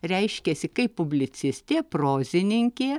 reiškėsi kaip publicistė prozininkė